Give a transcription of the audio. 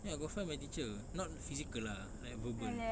ya I got fight with my teacher not physical lah like verbal